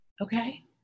Okay